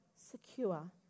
secure